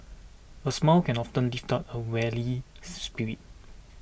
a smile can often lift up a weary spirit